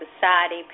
society